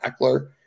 Eckler